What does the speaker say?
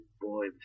boy